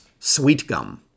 sweetgum